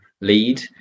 lead